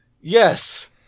Yes